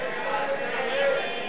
ההצעה